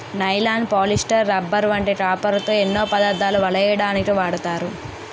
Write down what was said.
nylon, polyester, rubber వంటి కాపరుతో ఎన్నో పదార్ధాలు వలెయ్యడానికు వాడతారు